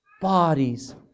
bodies